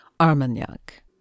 Armagnac